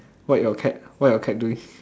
what your cat what your cat doing